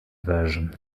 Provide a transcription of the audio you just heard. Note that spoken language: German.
version